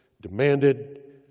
demanded